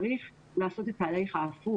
צריך לעשות את ההליך ההפוך